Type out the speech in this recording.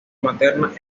materna